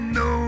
no